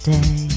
Day